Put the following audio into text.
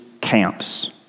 camps